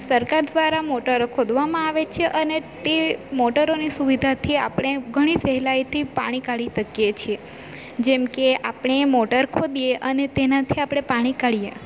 સરકાર દ્વારા મોટરો ખોદવામાં આવે છે અને તે મોટરોની સુવિધાથી આપણે ઘણી સહેલાઈથી પાણી કાઢી શકીએ છીએ જેમકે આપણે મોટર ખોદીએ અને તેનાથી આપણે પાણી કાઢીએ